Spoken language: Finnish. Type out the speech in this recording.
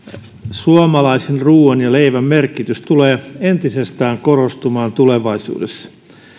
suomalaisen ruoan ja leivän merkitys tulee entisestään korostumaan tulevaisuudessa